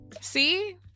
see